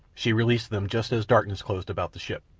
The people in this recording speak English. she released them just as darkness closed about the ship.